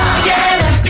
Together